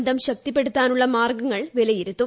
ബന്ധം ശക്തിപ്പെടുത്താനുള്ള മാർഗ്ഗങ്ങൾ വിലയിരുത്തും